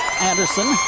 Anderson